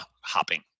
hopping